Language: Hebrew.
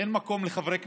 אין מקום לחברי כנסת.